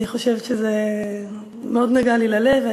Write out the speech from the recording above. אני חושבת שזה נגע מאוד ללבי,